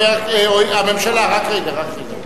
רק רגע, רק רגע.